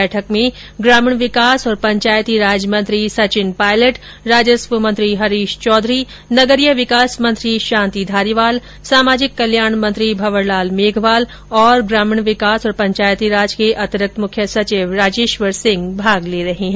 बैठक में ग्रामीण विकास और पंचायती राज मंत्री सचिन पायलट राजस्व मंत्री हरीश चौधरी नगरीय विकास मंत्री शांति धारीवाल सामाजिक कल्याण मंत्री भंवर लाल मेघवाल और ग्रामीण विकास तथा पंचायती राज के अतिरिक्त मुख्य सचिव राजेश्वर सिंह भाग ले रहे है